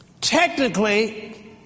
Technically